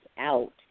out